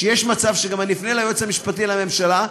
שיש מצב שגם אני אפנה ליועץ המשפטי לממשלה,